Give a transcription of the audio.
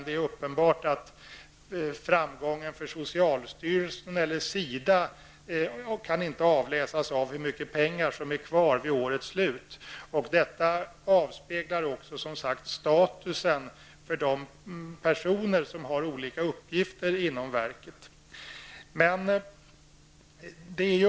Det är att framgången för socialstyrelsen eller SIDA inte kan avläsas av hur mycket pengar som är kvar vid årets slut. Detta avspeglar också, som sagt, statusen för de personer som har olika uppgifter inom verket.